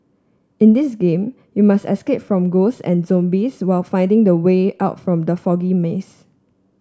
in this game you must escape from ghosts and zombies while finding the way out from the foggy maze